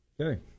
Okay